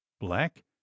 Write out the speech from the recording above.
black